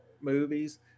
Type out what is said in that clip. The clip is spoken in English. movies